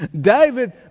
David